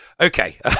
okay